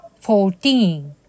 fourteen